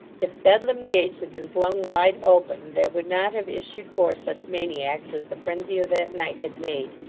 if bedlam gates had been flung wide open, there would not have issued forth such maniacs as the frenzy of that night had made.